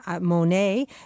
Monet